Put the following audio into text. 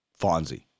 Fonzie